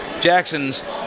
Jackson's